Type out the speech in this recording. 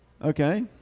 Okay